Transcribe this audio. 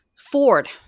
Ford